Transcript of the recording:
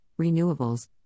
renewables